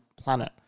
planet